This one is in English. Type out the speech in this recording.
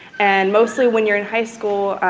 and, mostly when you're in high school,